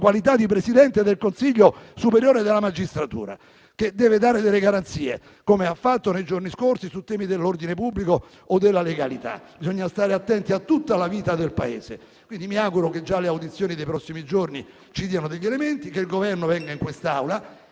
questo scandalo enorme, anche in quella sua qualità che deve dare delle garanzie, come ha fatto nei giorni scorsi, su temi dell'ordine pubblico o della legalità. Bisogna stare attenti a tutta la vita del Paese. Quindi, mi auguro che già le audizioni dei prossimi giorni ci diano degli elementi, che il Governo venga in quest'Aula